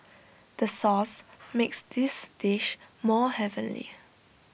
the sauce makes this dish more heavenly